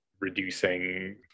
reducing